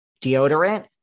Deodorant